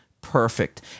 perfect